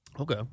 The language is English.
Okay